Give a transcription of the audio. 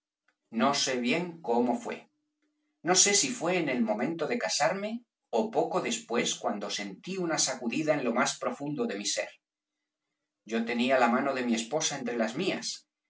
no sé bien cómo fué no sé si fué en el momento de casarme ó poco después cuando sentí una sacudida en lo más profundo de mi ser yo tenía la mano de mi esposa entre las mías